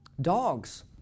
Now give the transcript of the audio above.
Dogs